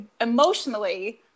emotionally